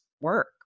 work